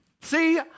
See